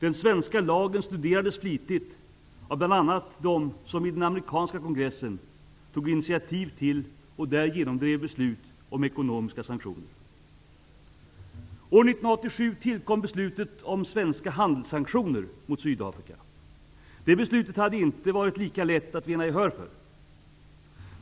Den svenska lagen studerades flitigt, bl.a. av dem som i den amerikanska kongressen tog initiativ till och genomdrev beslut om ekonomiska sanktioner. År 1987 tillkom beslutet om svenska handelssanktioner mot Sydafrika. Det beslutet hade inte varit lika lätt att vinna gehör för.